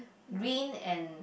green and